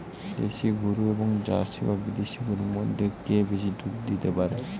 দেশী গরু এবং জার্সি বা বিদেশি গরু মধ্যে কে বেশি দুধ দিতে পারে?